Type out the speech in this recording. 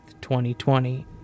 2020